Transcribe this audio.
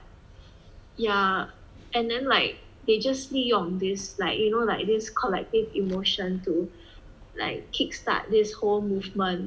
but yeah and then like they just 利用 this like you know like this collective emotion to like kick start this whole movement